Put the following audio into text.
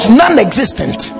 non-existent